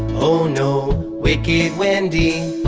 oh no, wicked wendy.